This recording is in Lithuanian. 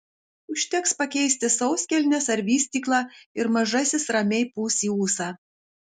užteks pakeisti sauskelnes ar vystyklą ir mažasis ramiai pūs į ūsą